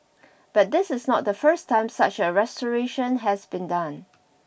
but this is not the first time such a restoration has been done